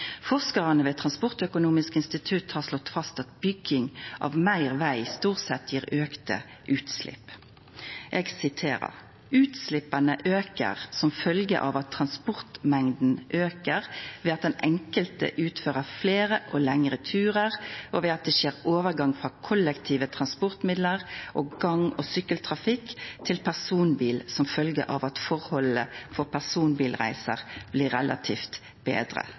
ved Transportøkonomisk institutt har slått fast at bygging av meir veg stort sett gjev auka utslepp. Eg siterer: «Men utslippene øker også som følge av at transportmengden øker ved at den enkelte utfører flere og lengre turer, og ved at det skjer overgang fra kollektive transportmidler og gang- og sykkeltrafikk til personbil som følge av at forholdene for personbilreiser blir relativt bedre.»